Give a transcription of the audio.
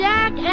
Jack